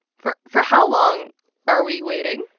for for how long are we waiting?